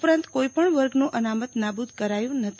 ઉપરાંત કોઈપણ વર્ગનું અનામત નાબુદ કરાયુ નથી